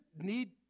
need